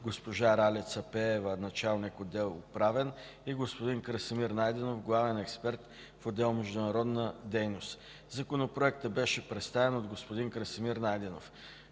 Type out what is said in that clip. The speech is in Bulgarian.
госпожа Ралица Пеева – началник отдел „Правен” и господин Красимир Найденов – главен експерт в отдел „Международна дейност”. Законопроектът беше представен от господин Красимир Найденов.”